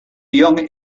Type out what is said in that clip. young